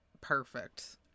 perfect